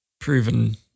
proven